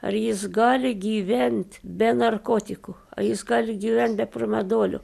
ar jis gali gyvent be narkotikų jis gali gyvent be promedolio